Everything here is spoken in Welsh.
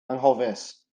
anghofus